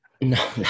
no